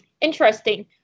interesting